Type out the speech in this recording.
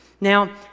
Now